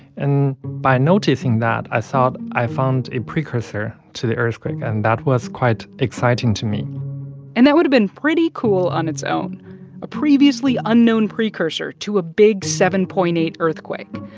and by noticing that, i thought i found a precursor to the earthquake. and that was quite exciting to me and that would have been pretty cool on its own a previously unknown precursor to a big seven point eight earthquake.